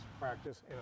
practice